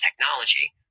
technology